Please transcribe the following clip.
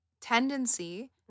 tendency